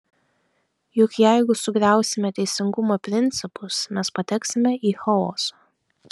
juk jeigu sugriausime teisingumo principus mes pateksime į chaosą